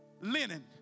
linen